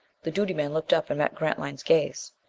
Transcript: the duty man looked up and met grantline's gaze.